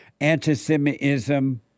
anti-Semitism